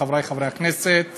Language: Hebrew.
חברי חברי הכנסת,